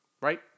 Right